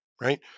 right